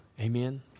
Amen